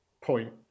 point